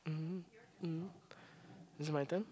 mmhmm um is it my turn